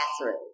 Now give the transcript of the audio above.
bathroom